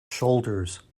shoulders